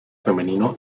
femenino